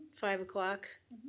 five o'clock,